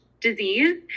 disease